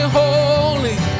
holy